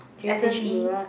s_h_e